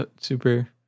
super